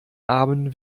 armen